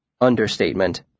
Understatement